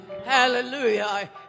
Hallelujah